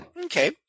Okay